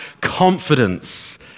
confidence